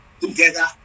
together